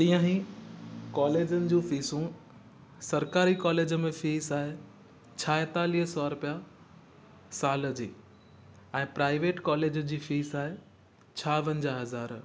तीअं ई कॉलेजनि जूं फिसूं सरकारी कॉलेज में फीस आहे छाहेतालीह सौ रुपया साल जी ऐं प्राइवेट कॉलेज जी फीस आहे छावंजाहु हज़ार